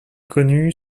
connue